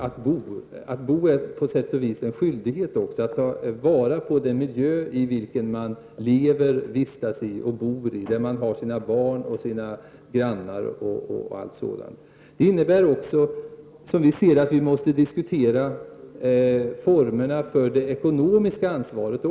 Att bo är på sätt och vis en skyldighet också, att ta vara på den miljö som man lever och vistas och bor i, där man har sina barn och sina grannar och allt sådant. Det innebär också, som vi ser det, att det är nödvändigt att diskutera formerna för det ekonomiska ansvaret.